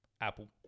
apple